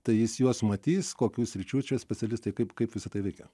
tai jis juos matys kokių sričių čia specialistai kaip kaip visa tai veikia